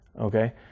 okay